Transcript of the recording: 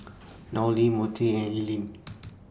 Nolie Montie and Ellyn